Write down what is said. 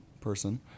person